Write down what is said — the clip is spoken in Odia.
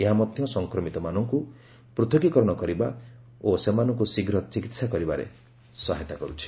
ଏହା ମଧ୍ୟ ସଂକ୍ରମିତମାନଙ୍କୁ ପୃଥକୀକରଣ କରିବା ଓ ସେମାନଙ୍କୁ ଶୀଘ୍ର ଚିକିତ୍ସା କରିବାରେ ସହାୟତା କରୁଛି